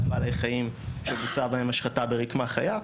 בעלי חיים שבוצעה בהם השחתה ברקמה חיה.